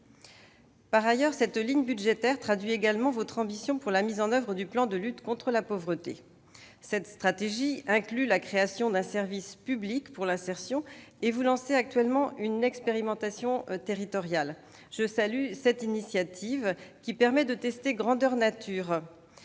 Par ailleurs, cette ligne budgétaire traduit également votre ambition pour la mise en oeuvre du plan de lutte contre la pauvreté. Cette stratégie inclut la création d'un service public pour l'insertion et vous lancez actuellement une expérimentation territoriale. Je salue cette initiative qui permet de tester en grandeur nature-